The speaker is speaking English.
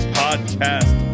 podcast